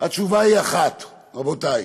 התשובה היא אחת, רבותי: